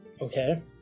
Okay